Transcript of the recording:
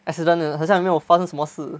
accident 好像没有发生什么事